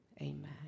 Amen